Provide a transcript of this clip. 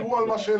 קיבלה.